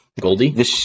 Goldie